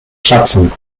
platzen